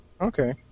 Okay